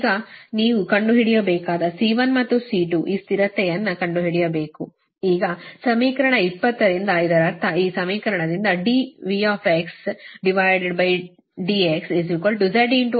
ಈಗ ನೀವು ಕಂಡುಹಿಡಿಯಬೇಕಾದ C1 ಮತ್ತು C2 ಈ ಸ್ಥಿರತೆಯನ್ನು ಕಂಡುಹಿಡಿಯಬೇಕು ಈಗ ಸಮೀಕರಣ 20 ರಿಂದ ಇದರರ್ಥ ಈ ಸಮೀಕರಣದಿಂದdVdxzI ಸಿಗುತ್ತದೆ